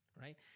right